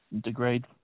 degrade